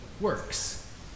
works